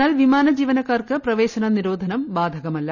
എന്നാൽ വിമാനജീവനക്കാർക്ക് പ്രവേശന നിരോധനം ബാധകമല്ല